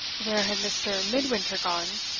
where had mr. midwinter gone?